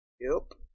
nope